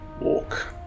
walk